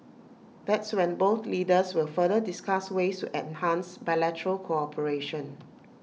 that's when both leaders will further discuss ways to enhance bilateral cooperation